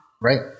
Right